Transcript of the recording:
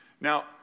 Now